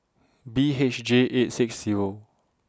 B H J eight six Zero